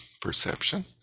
perception